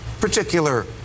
particular